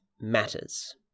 matters